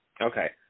Okay